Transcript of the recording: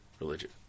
religion